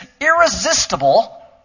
irresistible